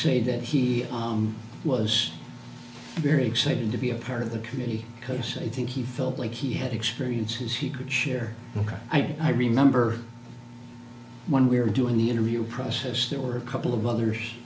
say that he was very excited to be a part of the community because they think he felt like he had experiences he could share i remember when we were doing the interview process there were a couple of others